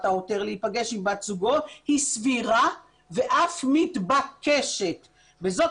העותר להיפגש עם בת זוגו היא סבירה ואף מתבקשת וזאת